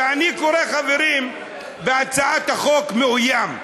כשאני קורא, חברים, בהצעת החוק "מאוים".